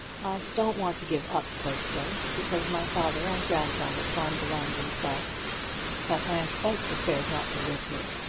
i don't want to give up plaistow, because my father and grandfather farmed the land themselves but i am quite prepared not to live here.